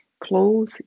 clothes